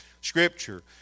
Scripture